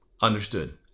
Understood